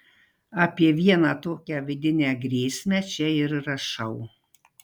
apie vieną tokią vidinę grėsmę čia ir rašau